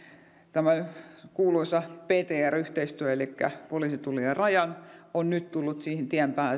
tämä kuuluisa ptr yhteistyö elikkä poliisin tullin ja rajan on nyt tullut siihen tiensä